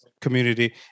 community